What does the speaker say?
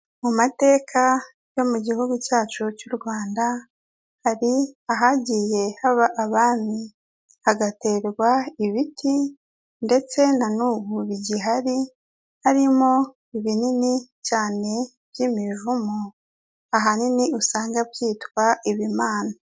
Mu mateka yo mu gihugu cyacu cy'u Rwanda, hari ahagiye haba abami hagaterwa ibiti ndetse na n'ubu bigihari harimo ibinini cyane by'imivumu, ahanini usanga byitwa ibimana.